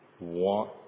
want